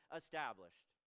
established